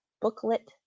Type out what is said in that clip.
booklet